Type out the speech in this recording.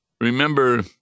Remember